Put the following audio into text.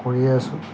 কৰিয়ে আছোঁ